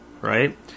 right